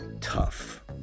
tough